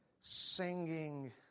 Singing